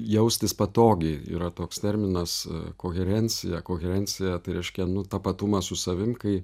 jaustis patogiai yra toks terminas koherencija koherencija tai reiškia tapatumą su savim kai